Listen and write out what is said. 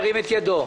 ירים את ידו.